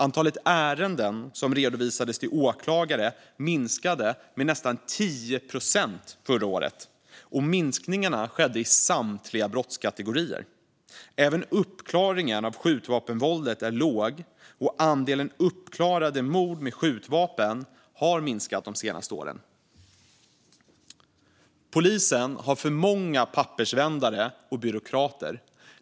Antalet ärenden som redovisades till åklagare minskade med nästan 10 procent förra året, i samtliga brottskategorier. Även uppklaringen av skjutvapenvåldet är låg, och andelen uppklarade mord med skjutvapen har minskat de senaste åren. Polisen har för många pappersvändare och byråkrater.